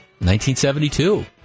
1972